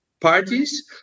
Parties